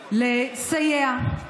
לסייע,